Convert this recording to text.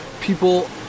people